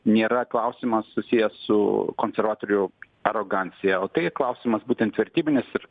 nėra klausimas susijęs su konservatorių arogancija o tai klausimas būtent vertybinis ir